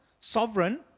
sovereign